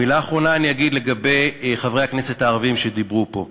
מילה אחרונה אני אגיד לגבי חברי הכנסת הערבים שדיברו פה.